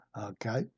okay